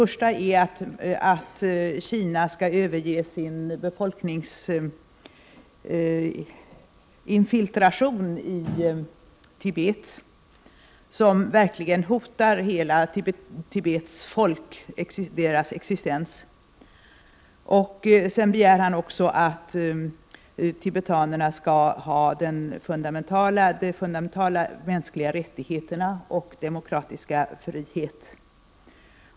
Man begär att Kina skall överge sin befolkningsinfiltration i Tibet, något som verkligen hotar hela det tibetanska folkets existens. Vidare begär man att tibetanerna skall ha fundamentala mänskliga rättigheter och demokratisk frihet.